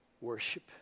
worship